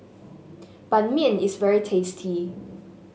Ban Mian is very tasty